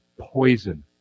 poison